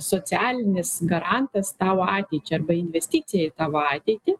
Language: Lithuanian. socialinis garantas tavo ateičiai arba investicija į tavo ateitį